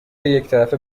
یکطرفه